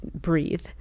breathe